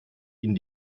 ihnen